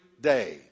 day